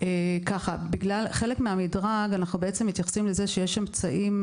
כחלק מהמדרג אנחנו מתייחסים לזה שיש אמצעים,